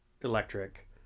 electric